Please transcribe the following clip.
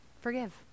Forgive